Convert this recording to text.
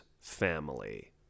family